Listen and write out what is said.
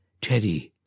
Teddy